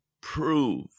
prove